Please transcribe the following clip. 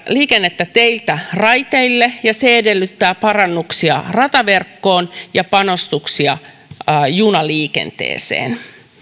liikennettä teiltä raiteille ja se edellyttää parannuksia rataverkkoon ja panostuksia junaliikenteeseen